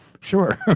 sure